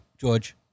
George